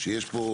יש פה